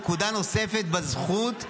נקודה נוספת בזכות,